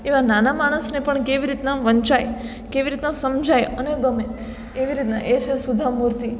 એવા નાના માણસને પણ કેવી રીતના વંચાય કેવી રીતના સમજાય અને ગમે એવી રીતના એ છે સુધા મૂર્તિ